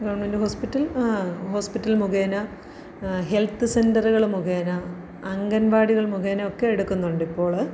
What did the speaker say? government hospital ആ hospital മുഖേന health സെന്ററുകള് മുഖേന അംഗൻവാടികൾ മുഖേന ഒക്കെ എടുക്കുന്നുണ്ട് ഇപ്പോള്